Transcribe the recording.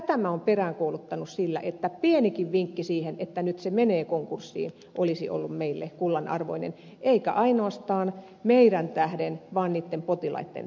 tämä minä olen peräänkuuluttanut että pienikin vinkki siitä että nyt sairaala menee konkurssiin olisi ollut meille kullan arvoinen eikä ainoastaan meidän tähden vaan niitten potilaitten tähden